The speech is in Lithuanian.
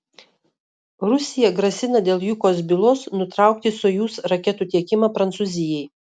rusija grasina dėl jukos bylos nutraukti sojuz raketų tiekimą prancūzijai